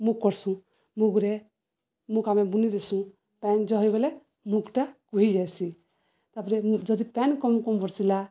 ମୁଗ୍ କରସୁଁ ମୁଗରେ ମୁକ ଆମେ ବୁନି ଦେସୁଁ ପ୍ୟାନ୍ ଜ ହେଇଗଲେ ମୁଗଟା କୁହିଯାଇଏସି ତାପରେ ଯଦି ପ୍ୟାନ୍ କମ କମ୍ ବର୍ସିଲା